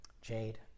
Jade